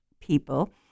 people